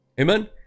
amen